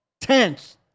tense